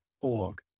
org